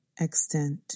Extent